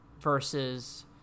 versus